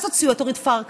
אז הוציאו את אורית פרקש.